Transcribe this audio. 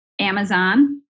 Amazon